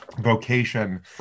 vocation